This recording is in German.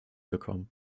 bekommen